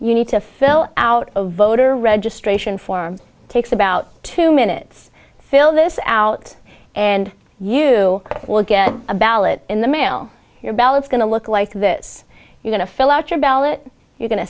you need to fill out a voter registration form takes about two minutes fill this out and you will get a ballot in the mail your ballots going to look like this you got to fill out your ballot you're going to